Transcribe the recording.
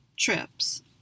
trips